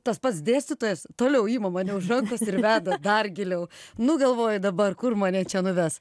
tas pats dėstytojas toliau ima mane už rankos ir veda dar giliau nu galvoju dabar kur mane čia nuves